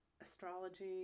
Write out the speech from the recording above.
astrology